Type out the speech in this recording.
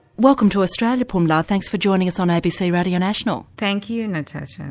welcome to australia pumla, thanks for joining us on abc radio national. thank you, natasha.